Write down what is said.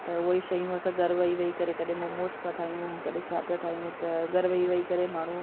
त उहे ई शयूं असां घरु वेही वेही करे कॾहिं मोमोस पिया ठाहियूं कॾहिं छा पिया ठाहियूं त घरु वही वेही करे माण्हू